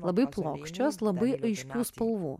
labai plokščios labai aiškių spalvų